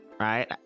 Right